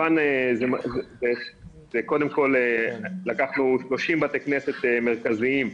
כמובן קודם כל לקחנו שלושים בתי כנסת מרכזיים,